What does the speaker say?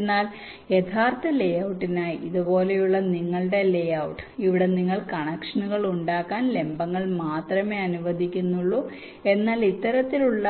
എന്നാൽ യഥാർത്ഥ ലേഔട്ടിനായി ഇതുപോലുള്ള നിങ്ങളുടെ ലേഔട്ട് ഇവിടെ നിങ്ങൾ കണക്ഷനുകൾ ഉണ്ടാക്കാൻ ലംബങ്ങൾ മാത്രമേ അനുവദിക്കുന്നുള്ളൂ എന്നാൽ ഇത്തരത്തിലുള്ള